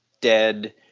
dead